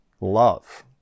love